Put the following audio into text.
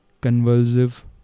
convulsive